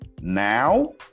Now